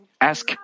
ask